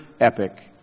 epic